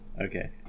Okay